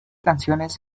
canciones